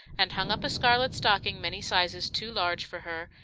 and hung up a scarlet stocking many sizes too large for her,